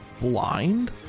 blind